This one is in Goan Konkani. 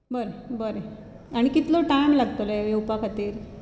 बरें बरें आनी कितलो टायम लागतलो येवपा खातीर